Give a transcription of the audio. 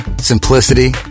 simplicity